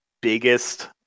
biggest